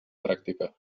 pràctica